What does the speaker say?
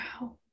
wow